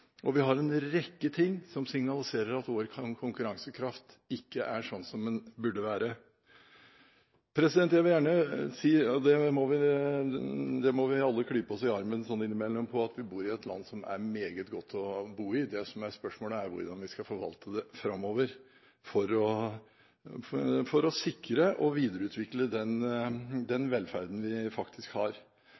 og vi har en rekke ting som signaliserer at vår konkurransekraft ikke er sånn som den burde være. Jeg vil gjerne si – og det må vi alle klype oss i armen for sånn innimellom – at vi bor i et land som er meget godt å bo i. Det som er spørsmålet, er hvordan vi skal forvalte det framover for å sikre og videreutvikle den velferden vi faktisk har.